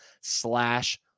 slash